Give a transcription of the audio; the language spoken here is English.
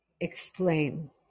Explain